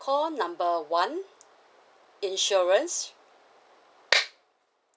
call number one insurance